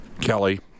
Kelly